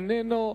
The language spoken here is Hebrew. איננו,